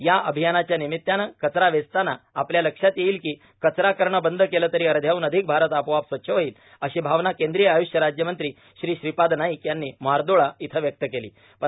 या र्आभयानाच्या र्नामत्तानं कचरा वेचताना आपल्या लक्षात येईल कों कचरा करण बंद केले तरी अध्याहून अाधक भारत आपोआपच स्वच्छ होईल अशी भावना कद्रीय आयुष्य राज्यमंत्री श्री श्रीपाद नाईक यांनी म्हार्दाळ इथं व्यक्त केलां